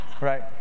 right